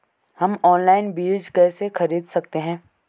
हम ऑनलाइन बीज कैसे खरीद सकते हैं?